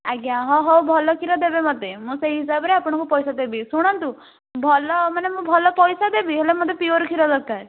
ଆଜ୍ଞା ହଁ ହଉ ଭଲ କ୍ଷୀର ଦେବେ ମୋତେ ମୁଁ ସେଇ ହିସାବରେ ଆପଣଙ୍କୁ ପଇସା ଦେବି ଶୁଣନ୍ତୁ ଭଲ ମାନେ ମୁଁ ଭଲ ପଇସା ଦେବି ହେଲେ ମୋତେ ପିଓର୍ କ୍ଷୀର ଦରକାର